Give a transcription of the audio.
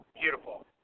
Beautiful